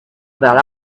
about